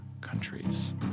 countries